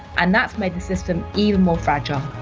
and that's made the system even more fragile.